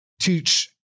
teach